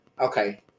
Okay